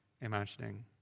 imagining